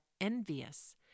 envious